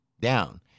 down